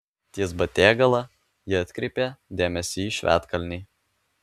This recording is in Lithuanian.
ties batėgala ji atkreipė dėmesį į švedkalnį